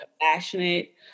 compassionate